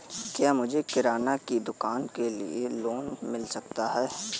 क्या मुझे किराना की दुकान के लिए लोंन मिल सकता है?